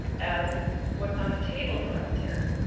as what's on the table for us here.